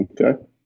Okay